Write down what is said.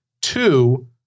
Two